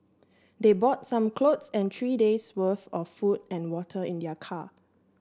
they brought some clothes and three days worth of food and water in their car